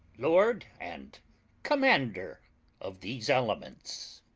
lord and commander of these elements.